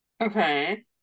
Okay